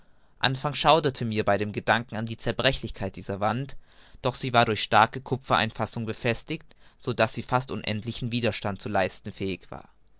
schauderte mir beim gedanken an die zerbrechlichkeit dieser wand doch war sie durch starke kupfereinfassung befestigt so daß sie fast unendlichen widerstand zu leisten fähig war